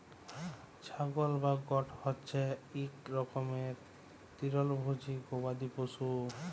ছাগল বা গট হছে ইক রকমের তিরলভোজী গবাদি পশু